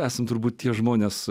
esam turbūt tie žmonės